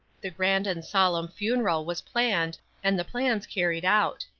the grand and solemn funeral was planned and the plans carried out.